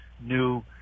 new